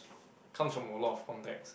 comes from a lot of context